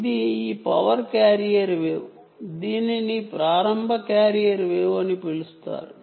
ఇది ఈ power carrier wave దీనిని ప్రారంభ క్యారియర్ వేవ్ అని పిలుస్తారు